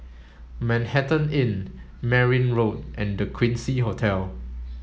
Manhattan Inn Merryn Road and The Quincy Hotel